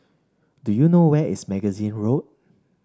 do you know where is Magazine Road